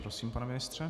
Prosím, pane ministře.